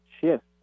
shift